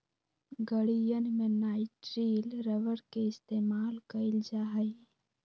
गड़ीयन में nitrile rubber के इस्तेमाल कइल जा हई